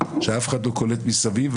שאף אחד לא קולט מסביב,